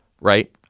right